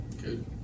Good